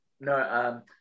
no